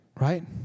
Right